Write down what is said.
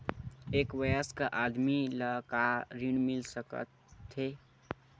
एक वयस्क आदमी ल का ऋण मिल सकथे?